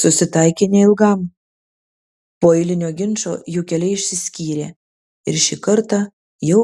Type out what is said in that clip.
susitaikė neilgam po eilinio ginčo jų keliai išsiskyrė ir šį kartą jau